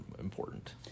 important